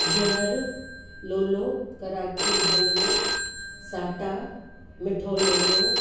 गीहर लोलो करांची हलवो साटा मिठो लोलो